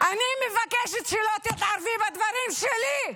--- אני מבקשת שלא תתערבי בדברים שלי.